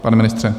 Pane ministře?